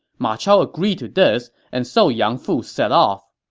ma chao agreed to this, and so yang fu set off.